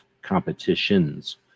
competitions